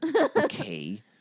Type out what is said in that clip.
Okay